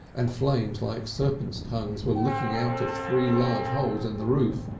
and flames like serpents' tongues were licking out of three large holes in the roof,